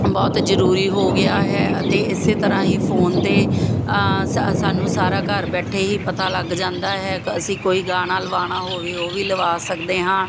ਬਹੁਤ ਜ਼ਰੂਰੀ ਹੋ ਗਿਆ ਹੈ ਅਤੇ ਇਸੇ ਤਰ੍ਹਾਂ ਹੀ ਫੋਨ 'ਤੇ ਸਾ ਸਾਨੂੰ ਸਾਰਾ ਘਰ ਬੈਠੇ ਹੀ ਪਤਾ ਲੱਗ ਜਾਂਦਾ ਹੈ ਕ ਅਸੀਂ ਕੋਈ ਗਾਣਾ ਲਵਾਉਣਾ ਹੋਵੇ ਉਹ ਵੀ ਲਗਵਾ ਸਕਦੇ ਹਾਂ